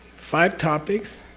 five topics,